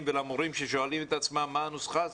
ולמורים ששואלים את עצמם מה הנוסחה הזו.